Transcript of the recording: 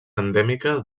endèmica